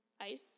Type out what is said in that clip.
ice